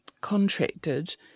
contracted